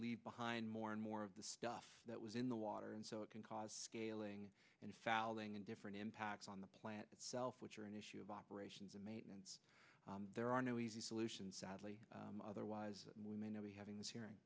leave behind more and more of the stuff that was in the water and so it can cause scaling and falling and different impacts on the plant itself which are an issue of operations and maintenance there are no easy solutions sadly otherwise we may not be having this hearing